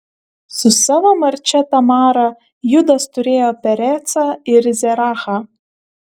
su savo marčia tamara judas turėjo perecą ir zerachą